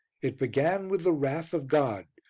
it began with the wrath of god,